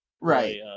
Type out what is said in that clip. Right